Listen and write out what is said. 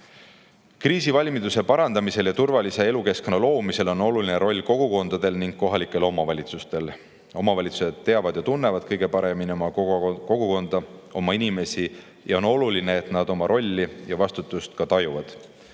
Kriisivalmiduse parandamisel ja turvalise elukeskkonna loomisel on oluline roll kogukondadel ja kohalikel omavalitsustel. Omavalitsused teavad ja tunnevad kõige paremini oma kogukonda, oma inimesi, ja on oluline, et nad oma rolli ja vastutust ka tajuvad.